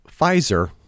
Pfizer